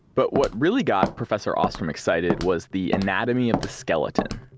but what really got professor ostrom excited, was the anatomy of the skeleton.